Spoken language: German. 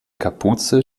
kapuze